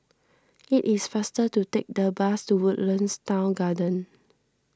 it is faster to take the bus to Woodlands Town Garden